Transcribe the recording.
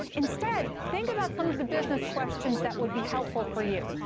instead think about some of the business questions that would be helpful for you.